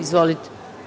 Izvolite.